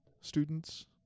students